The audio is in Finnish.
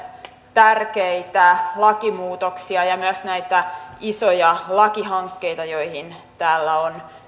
tärkeitä lakimuutoksia ja myös näitä isoja lakihankkeita joihin täällä on